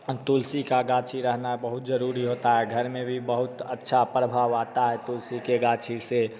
हम तुलसी का गाछी रहना बहुत ज़रूरी होता है घर में भी बहुत अच्छा प्रभाव आता है तुलसी के गाछी से